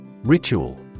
Ritual